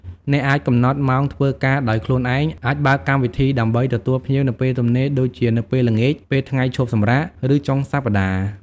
អ្នកអាចកំណត់ម៉ោងធ្វើការដោយខ្លួនឯង អាចបើកកម្មវិធីដើម្បីទទួលភ្ញៀវនៅពេលទំនេរដូចជានៅពេលល្ងាច ពេលថ្ងៃឈប់សម្រាក ឬចុងសប្តាហ៍។